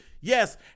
Yes